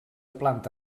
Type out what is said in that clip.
planta